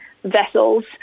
vessels